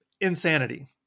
insanity